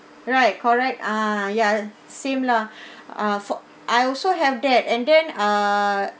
right correct ah ya same lah ah for I also have that and then uh